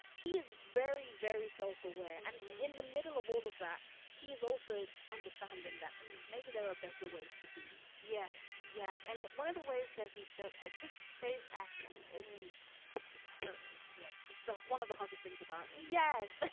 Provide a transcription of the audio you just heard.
he is very very self. and in the middle of all of that he is also understanding that maybe there are better ways to be yes. yes. and one of the ways that he shows like his face acting is superb yes. it's the one of the hottest things about him. yes.